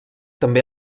també